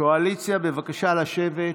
קואליציה, בבקשה לשבת.